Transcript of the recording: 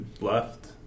left